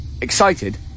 Excited